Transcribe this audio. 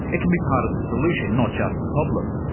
it can be part of the solution, not just the problem.